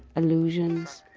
allusions,